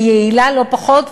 ויעילה לא פחות,